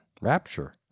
Rapture